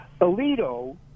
Alito